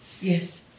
Yes